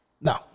No